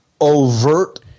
overt